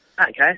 Okay